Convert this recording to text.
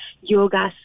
yoga